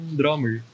drummer